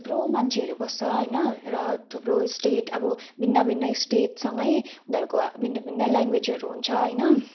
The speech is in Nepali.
थुप्रो मान्छेहरू बस्छ होइन र थुप्रो स्टेट अब भिन्न भिन्नै स्टेटसँगै उनीहरूको भिन्न भिन्नै ल्याङ्गवेजहरू हुन्छ होइन